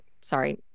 sorry